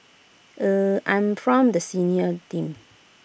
eh I'm from the senior team